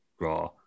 Raw